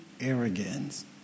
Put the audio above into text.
arrogance